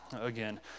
again